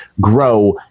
grow